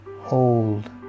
hold